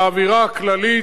באווירה הכללית,